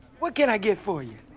what can i get for you?